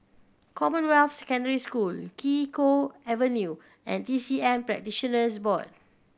Commonwealth Secondary School Kee Choe Avenue and T C M Practitioners Board